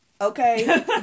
Okay